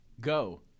Go